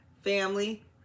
family